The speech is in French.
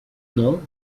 non